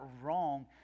wrong